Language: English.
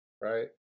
right